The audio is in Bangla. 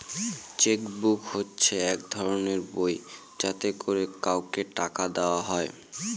চেক বুক হচ্ছে এক ধরনের বই যাতে করে কাউকে টাকা দেওয়া হয়